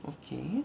okay